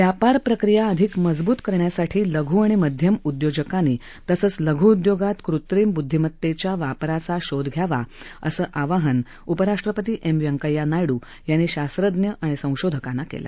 व्यापार प्रक्रिया अधिक मजब्त करण्यासाठी लघ् आणि मध्यम उदयोजकांनी तसंच लघ्उद्योगात कृत्रिम ब्दधीमतेच्या वापराचा शोध घ्यावा असं आवाहन उपराष्ट्रपती एम व्यंकय्या नायडू यांनी शास्त्रज्ञ आणि संशोधकांना केलं